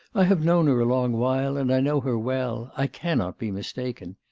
i have known her a long while, and i know her well. i cannot be mistaken.